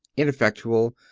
ineffectual,